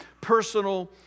personal